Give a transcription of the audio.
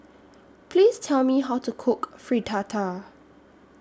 Please Tell Me How to Cook Fritada